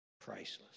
Priceless